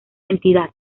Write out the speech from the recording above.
entidad